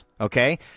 Okay